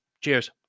cheers